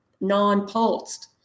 non-pulsed